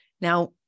Now